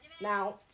Now